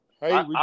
Hey